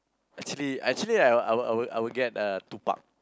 actually actually I I would I would get uh Tupac